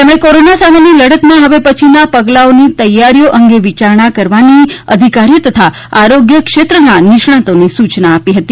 તેમણે કોરોના સામેની લડતમાં હવે પછીના પગલાંઓની તૈયારીઓ અંગે વિચારણા કરવાની અધિકારીઓ તથા આરોગ્ય ક્ષેત્રના નિષ્ણાંતોને સૂચના આપી હતી